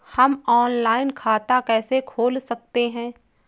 हम ऑनलाइन खाता कैसे खोल सकते हैं?